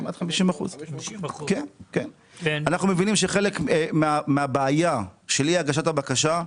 כמעט 50%. אנחנו מבינים שחלק מהבעיה של אי הגשת הבקשה,